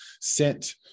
sent